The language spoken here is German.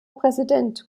präsident